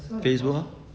Facebook oh